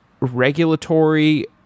regulatory